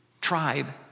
tribe